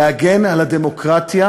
להגן על הדמוקרטיה